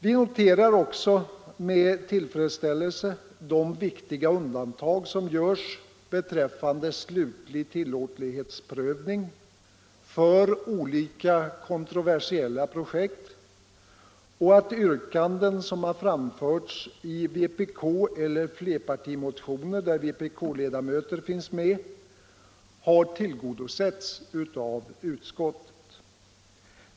Vi noterar också med tillfredsställelse de viktiga undantag som görs beträffande slutlig tillåtlighetsprövning för olika kontroversiella projekt och att yrkanden som framförts i vpk-motionen eller i flerpartimotioner där vpk-ledamöter finns med har tillgodosetts av utskottet.